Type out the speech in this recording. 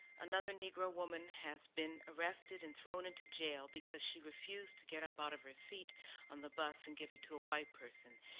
another negro woman has been arrested and thrown into jail because she refused to get up out of her seat on the bus and give it to a white person.